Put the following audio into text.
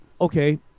Okay